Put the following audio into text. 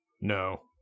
No